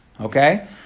Okay